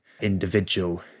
individual